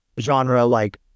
genre-like